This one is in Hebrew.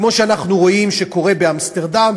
כמו שאנחנו רואים שקורה באמסטרדם,